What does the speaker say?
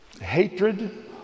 Hatred